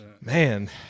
Man